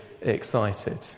excited